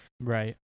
Right